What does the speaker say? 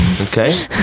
Okay